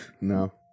No